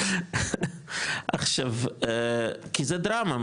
כי זה דרמה,